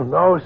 no